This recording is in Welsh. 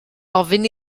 ofyn